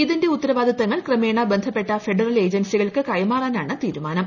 ഇതിന്റെ ഉത്തരവാദിത്തങ്ങൾ ക്രമേണ ബന്ധപ്പെട്ട ഫെഡറൽ ഏജൻസികൾക്ക് കൈമാറാനാണ് തീരുമാനം